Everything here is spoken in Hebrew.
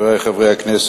חברי חברי הכנסת, אני